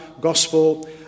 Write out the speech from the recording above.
gospel